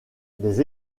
des